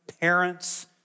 parents